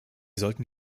sollten